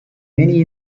many